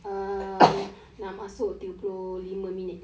um nak masuk tiga puluh lima minit